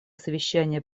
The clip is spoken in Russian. совещания